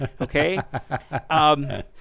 okay